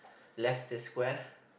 less the square